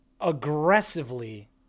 aggressively